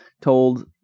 told